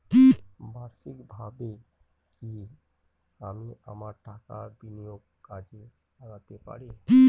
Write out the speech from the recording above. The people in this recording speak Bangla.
বার্ষিকভাবে কি আমি আমার টাকা বিনিয়োগে কাজে লাগাতে পারি?